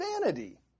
vanity